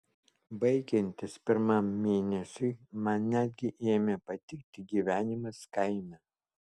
baigiantis pirmam mėnesiui man netgi ėmė patikti gyvenimas kaime